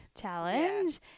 challenge